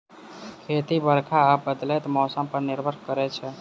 खेती बरखा आ बदलैत मौसम पर निर्भर करै छै